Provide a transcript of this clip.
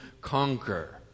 conquer